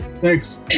Thanks